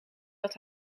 dat